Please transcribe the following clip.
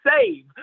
save